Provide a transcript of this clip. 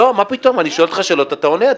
לא, מה פתאום, אני שואל אותך שאלות, אתה עונה.